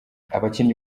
abakinnyi